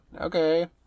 Okay